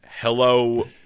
hello